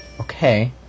Okay